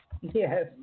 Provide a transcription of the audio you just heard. Yes